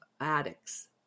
addicts